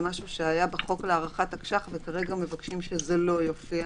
היה בחוק להארכת תקש"ח וכרגע מבקשים שזה לא יופיע